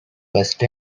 first